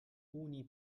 uni